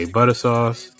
Buttersauce